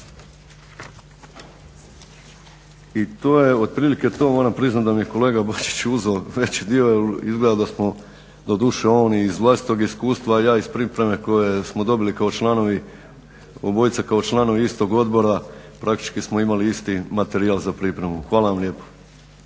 I to je otprilike to, moram priznat da mi je kolega Bačić uzeo veći dio jer izgleda da smo, doduše on iz vlastitog iskustva, a ja iz pripreme koje smo dobili kao članovi, obojica kao članovi istog odbora praktički smo imali isti materijal za pripremu. Hvala vam lijepo.